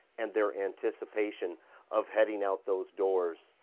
and their anticipation of heading out those doors